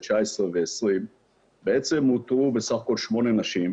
2019 ו-2020 בעצם אותרו בסך הכול שמונה נשים,